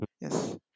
yes